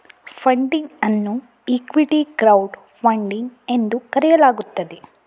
funding ಅನ್ನು equity crowdfunding ಎಂದು ಕರೆಯಲಾಗುತ್ತದೆ